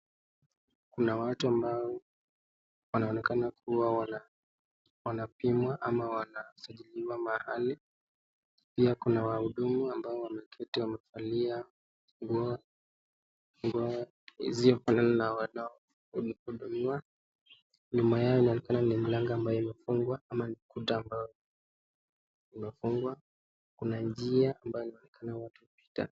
Kuna watu ambao wanaonekana kuwa wanapimwa ama wanasajiliwa mahali. Pia kuna wahudumu ambao wameketi wamevalia nguo nguo isiyofanana na wale wanaohudumiwa. Nyuma yao inaonekana ni mlango ambao umefungwa ama ni ukuta ambao umefungwa. Kuna njia ambayo inaonekana watu hupita.